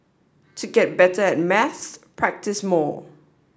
to get better at maths practise more